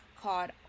called